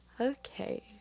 okay